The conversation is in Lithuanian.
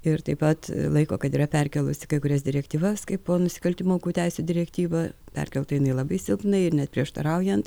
ir taip pat laiko kad yra perkėlusi kai kurias direktyvas kaipo nusikaltimo aukų teisių direktyva perkelta jinai labai silpnai ir net prieštaraujant